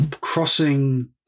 Crossing